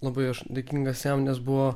labai aš dėkingas jam nes buvo